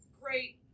great